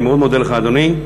אני מאוד מודה לך, אדוני.